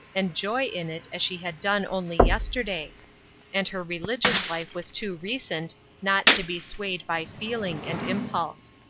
and joy in it as she had done only yesterday and her religious life was too recent not to be swayed by feeling and impulse.